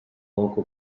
local